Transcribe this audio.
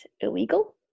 illegal